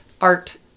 art